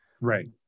Right